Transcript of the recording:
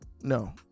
no